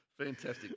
Fantastic